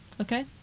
Okay